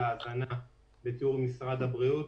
ההזנה בתיאום עם משרד הבריאות.